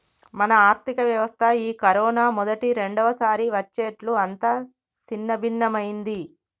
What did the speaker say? మన ఆర్థిక వ్యవస్థ ఈ కరోనా మొదటి రెండవసారి వచ్చేట్లు అంతా సిన్నభిన్నమైంది